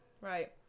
Right